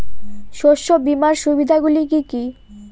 শস্য বীমার সুবিধা গুলি কি কি?